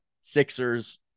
Sixers